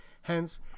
Hence